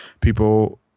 people